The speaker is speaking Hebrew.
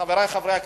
חברי חברי הכנסת,